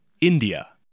India